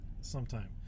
sometime